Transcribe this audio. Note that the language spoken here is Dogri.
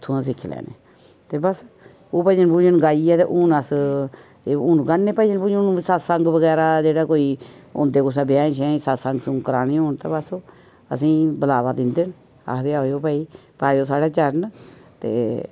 उत्थुआं सिक्खी लैने ते बस्स ओह् भजन भुजन गाइयै ते हून अस हून गाने भजन भुजन सतसंग बगैरा जेह्ड़े कोई होंदे कुसै ब्याहें श्याहें गी सतसंग सुतसंग कराने होन ते बस्स ओह् असेंगी बुलावा दिंदे न आखदे आयो भाई पायो साढ़े चरण ते